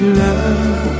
love